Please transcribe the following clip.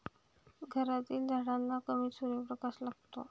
घरातील झाडांना कमी सूर्यप्रकाश लागतो